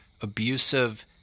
abusive